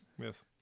yes